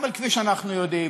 אבל כפי שאנחנו יודעים,